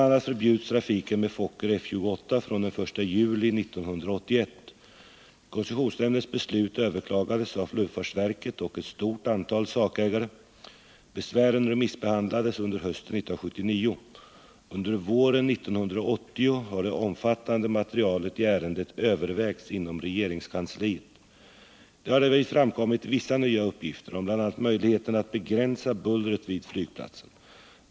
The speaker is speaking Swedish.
a. förbjuds trafiken med Fokker F-28 från den 1 juli 1981. Koncessionsnämndens beslut överklagades av luftfartsverket och ett stort antal sakägare. Besvären remissbehandlades under hösten 1979. Under våren 1980 har det omfattande materialet i ärendet övervägts inom regeringskansliet. Det har därvid framkommit vissa nya uppgifter om bl.a. möjligheterna att begränsa bullret vid flygplatsen.